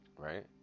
Right